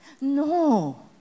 No